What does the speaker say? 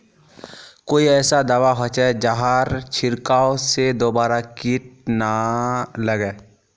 कोई ऐसा दवा होचे जहार छीरकाओ से दोबारा किट ना लगे?